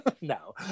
no